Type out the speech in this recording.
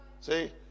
see